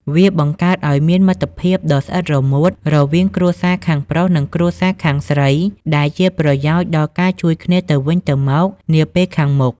វាបង្កើតឱ្យមានមិត្តភាពដ៏ស្អិតរមួតរវាងគ្រួសារខាងប្រុស និងគ្រួសារខាងស្រី ដែលជាប្រយោជន៍ដល់ការជួយគ្នាទៅវិញទៅមកនាពេលខាងមុខ។